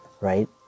right